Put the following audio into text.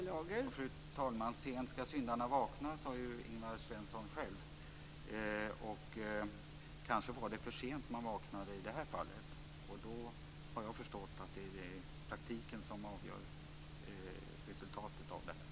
Fru talman! Ingvar Svensson sade själv: Sent ska syndarn vakna. Kanske vaknade man för sent i det här fallet, och jag har förstått att det då är praktiken som avgör resultatet.